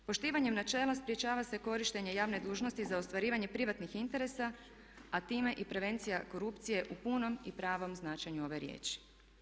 Poštivanjem načela sprječava se korištenje javne dužnosti za ostvarivanje privatnih interesa a time i prevencija korupcije u punom i pravom značenju ove riječi.